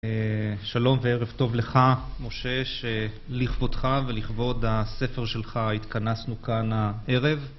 שלום וערב טוב לך, משה, שלכבודך ולכבוד הספר שלך, התכנסנו כאן הערב.